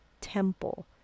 Temple